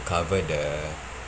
cover the